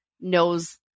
knows